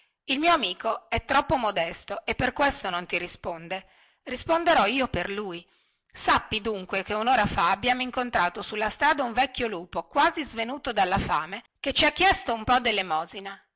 il mio amico è troppo modesto e per questo non risponde risponderò io per lui sappi dunque che unora fa abbiamo incontrato sulla strada un vecchio lupo quasi svenuto dalla fame che ci ha chiesto un po delemosina